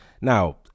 Now